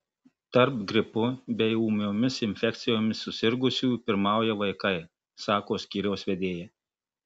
tarp gripu bei ūmiomis infekcijomis susirgusiųjų pirmauja vaikai sako skyriaus vedėja